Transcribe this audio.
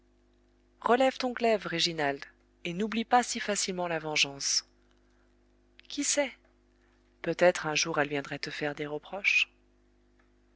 relève ton glaive réginald et n'oublie pas si facilement la vengeance qui sait peut-être un jour elle viendrait te faire des reproches